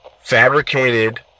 fabricated